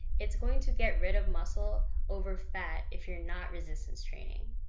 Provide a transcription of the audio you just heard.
it's going to get rid of muscle over fat if you're not resistance training.